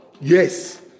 Yes